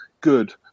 good